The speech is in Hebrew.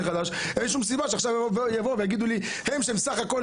אין שום סיבה שהם יבואו ויגידו לי כשהם בסך הכול